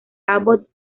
abbott